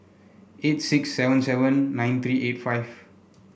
eight six seven seven nine three eight five